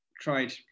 tried